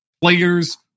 players